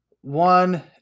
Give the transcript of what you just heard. One